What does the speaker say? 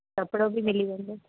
कपिड़ो बि मिली वेंदो